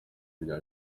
rya